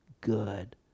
good